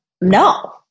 no